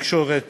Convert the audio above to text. התקשורת